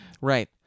right